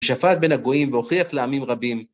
שפעת בין הגויים והוכיח לעמים רבים.